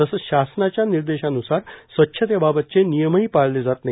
तसेच शासनाच्या निर्देशान्सार स्वच्छतेबाबतचे नियमही पाळले जात नाही